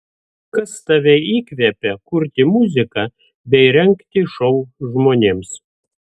kas tave įkvepia kurti muziką bei rengti šou žmonėms